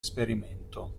esperimento